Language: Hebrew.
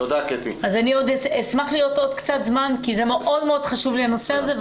אז אני אשמח להיות עוד קצת זמן כי מאוד חשוב לי הנושא הזה,